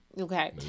okay